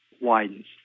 widens